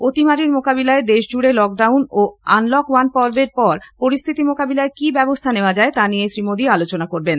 অতিমারির মোকাবিলায় দেশ জুড়ে লকডাউন ও আনলক ওয়ান পর্বের পর পরিস্থিতি মোকাবিলায় কি ব্যবস্থা নেওয়া যায় তা নিয়ে শ্রী মোদী আলোচনা করবেন